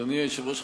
אדוני היושב-ראש,